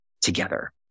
together